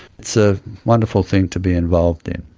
it's a wonderful thing to be involved in.